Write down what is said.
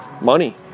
money